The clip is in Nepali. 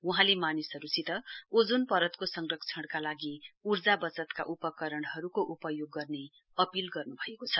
वहाँले मानिसहरुसित ओजोन परतको संरक्षणका लागि उर्जा वचतका उपकरणहरुको उपयोग गर्ने अपील गर्नुभएको छ